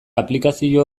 aplikazio